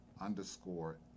underscore